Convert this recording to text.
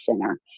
center